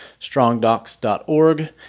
strongdocs.org